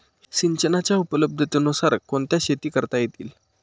सिंचनाच्या उपलब्धतेनुसार कोणत्या शेती करता येतील?